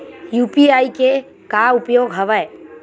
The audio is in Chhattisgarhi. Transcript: यू.पी.आई के का उपयोग हवय?